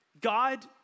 God